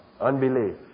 unbelief